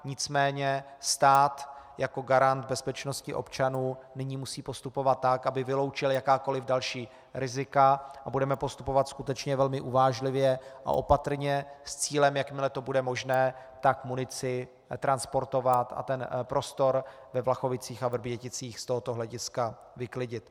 Nicméně stát jako garant bezpečnosti občanů nyní musí postupovat tak, aby vyloučil jakákoliv další rizika, a budeme postupovat skutečně velmi uvážlivě a opatrně s cílem, jakmile to bude možné, tak munici transportovat a ten prostor ve Vlachovicích a Vrběticích z tohoto hlediska vyklidit.